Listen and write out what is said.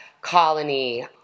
colony